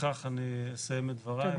בכך אסיים את דבריי,